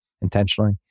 intentionally